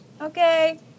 Okay